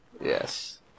Yes